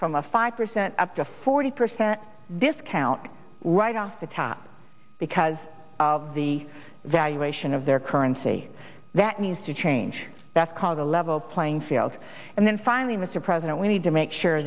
from a five percent up to forty percent discount right off the top because of the valuation of their currency that needs to change that's called a level playing field and then finally mr president we need to make sure